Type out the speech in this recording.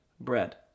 bread